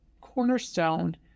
cornerstone